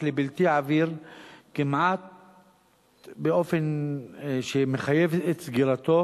לבלתי עביר כמעט באופן שמחייב את סגירתו,